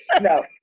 No